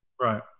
Right